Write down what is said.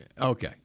okay